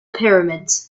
pyramids